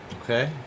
Okay